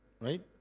right